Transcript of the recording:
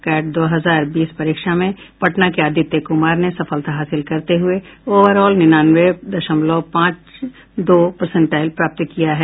cat दो हजार बीस परीक्षा में पटना के आदित्य कुमार ने सफलता हासिल करते हुये ओवरऑल निन्यानवे दशमलव पांच दो परसेंटाइल प्राप्त किया है